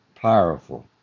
powerful